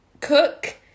Cook